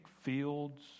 fields